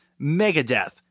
megadeth